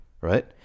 right